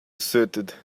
asserted